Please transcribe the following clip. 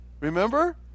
Remember